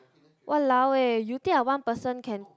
!walao! eh you think I one person can